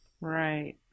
Right